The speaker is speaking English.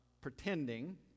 pretending